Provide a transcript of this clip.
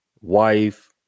wife